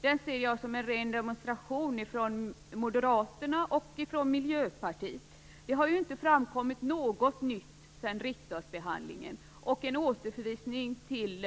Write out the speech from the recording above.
Den ser jag som en ren demonstration från Det har ju inte framkommit något nytt sedan riksdagsbehandlingen. En återförvisning till